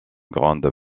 grande